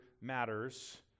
matters